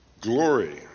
Glory